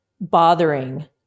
bothering